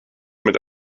mit